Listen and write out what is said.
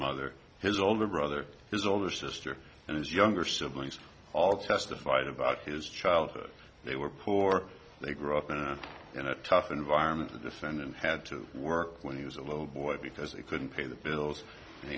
mother his older brother his older sister and his younger siblings all testified about his childhood they were poor they grew up in a in a tough environment the defendant had to work when he was a little boy because they couldn't pay the bills